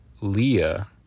Leah